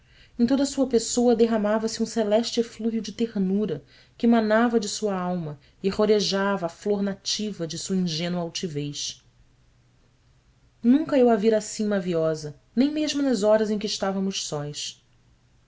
em toda a sua pessoa derramava-se um celeste eflúvio de ternura que manava de sua alma e rorejava a flor nativa de sua ingênua altivez nunca eu a vira assim maviosa nem mesmo nas horas em que estávamos